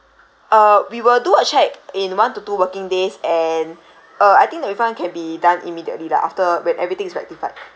uh we will do a check in one to two working days and uh I think the refund can be done immediately lah after when everything is rectified